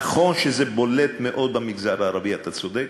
נכון שזה בולט מאוד במגזר הערבי, אתה צודק,